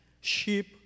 sheep